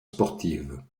sportives